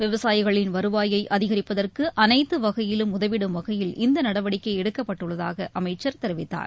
விவசாயிகளின் வருவாயை அதிகரிப்பதற்கு அனைத்து வகையிலும் உதவிடும் வகையில் இந்த நடவடிக்கை எடுக்கப்பட்டுள்ளதாக அமைச்சர் தெரிவித்தார்